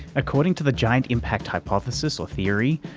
according to the giant impact hypothesis or theory,